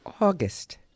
August